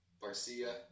Barcia